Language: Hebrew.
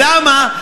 למה?